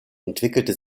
entwickelte